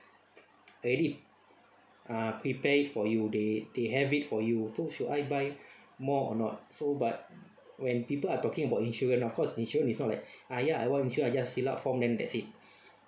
already ah prepared it for you they they have it for you so should I buy more or not so but when people are talking about insurance of course insurance is not like ah ya I want insurance I just fill up form then that's it